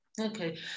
Okay